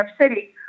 City